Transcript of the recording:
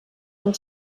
del